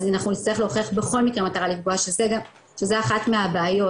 אז אנחנו נצטרך להוכיח בכל מקרה מטרה לפגוע שזה אחת מהבעיות